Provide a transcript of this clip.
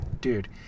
Dude